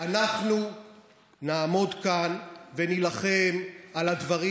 אנחנו נעמוד כאן ונילחם על הדברים